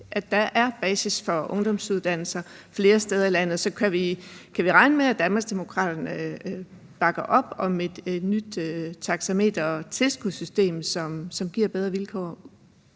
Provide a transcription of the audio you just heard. at der er basis for ungdomsuddannelser flere steder i landet. Så kan vi regne med, at Danmarksdemokraterne bakker op om et nyt taksameter- og tilskudssystem, som giver bedre vilkår